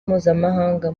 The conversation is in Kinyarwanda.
mpuzamahanga